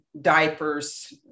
diapers